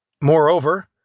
Moreover